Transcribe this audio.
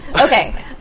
Okay